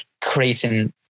creating